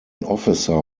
officer